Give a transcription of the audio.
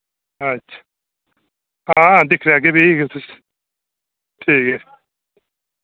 अच्छ हां दिक्खी लैगे फ्ही ठीक ऐ